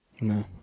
No